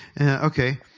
Okay